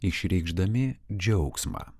išreikšdami džiaugsmą